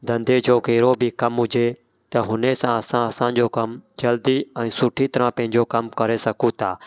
धंधे जो कहिड़ो बि कमु हुजे त हुन सां असां असांजो कमु जल्दी ऐं सुठी तरह पंहिंजो कमु करे सघूं था